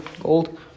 Gold